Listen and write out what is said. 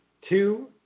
two